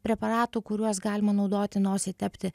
preparatų kuriuos galima naudoti nosį tepti